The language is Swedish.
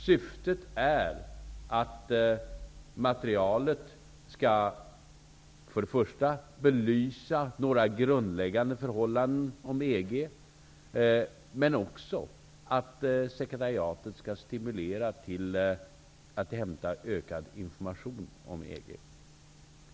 Syftet är att materialet först och främst skall belysa några grundläggande förhållanden om EG men också att sekretariatet skall stimulera mer till att hämta ökad information om EG.